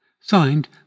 Signed